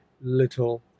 little